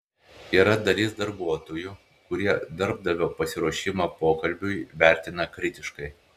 yra dalis darbuotojų kurie darbdavio pasiruošimą pokalbiui vertina kritiškai